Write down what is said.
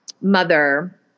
mother